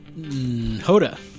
Hoda